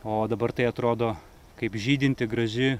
o dabar tai atrodo kaip žydinti graži